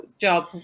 job